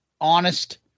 honest